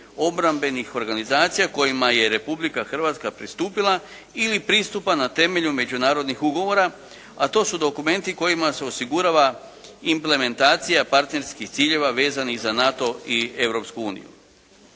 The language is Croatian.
obrambenih organizacija kojima je Republika Hrvatska pristupila ili pristupa na temelju međunarodnih ugovora, a to su dokumenti kojima su osigurava implementacija partnerskih ciljeva vezanih za NATO i